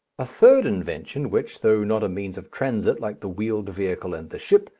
a third invention which, though not a means of transit like the wheeled vehicle and the ship,